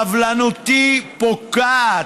סבלנותי פוקעת.